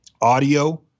audio